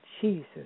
Jesus